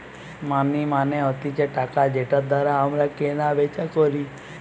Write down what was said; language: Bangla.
মানি মানে হতিছে টাকা যেটার দ্বারা আমরা কেনা বেচা করি